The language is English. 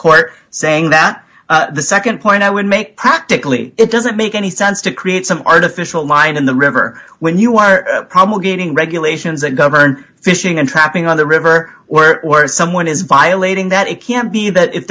court saying that the nd point i would make practically it doesn't make any sense to create some artificial line in the river when you are promulgating regulations that govern fishing and trapping on the river were or someone is violating that it can't be that if